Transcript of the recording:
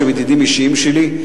שהם ידידים אישיים שלי,